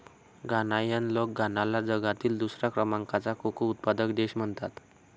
घानायन लोक घानाला जगातील दुसऱ्या क्रमांकाचा कोको उत्पादक देश म्हणतात